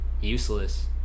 useless